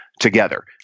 together